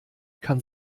kann